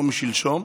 לא משלשום.